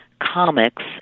comics